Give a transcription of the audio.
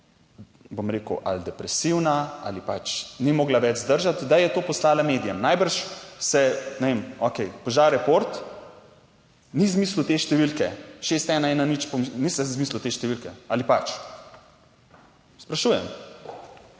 bom rekel, ali depresivna ali pač ni mogla več zdržati, da je to poslala medijem. Najbrž se, ne vem, okej, Požareport ni izmislil te številke 6110-... ni si izmislil te številke ali pač? Sprašujem.